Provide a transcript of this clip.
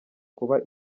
kuba